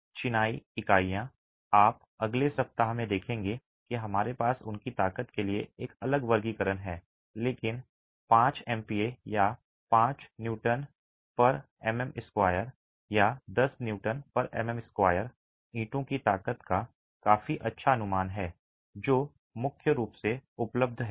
चिनाई इकाइयां आप अगले सप्ताह में देखेंगे कि हमारे पास उनकी ताकत के लिए एक अलग वर्गीकरण है लेकिन 5 MPa या 5 Nmm2 या 10 N mm2 ईंटों की ताकत का काफी अच्छा अनुमान है जो मुख्य रूप से उपलब्ध हैं